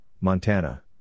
Montana